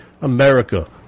America